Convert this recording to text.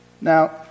Now